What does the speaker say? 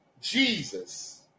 Jesus